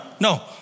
no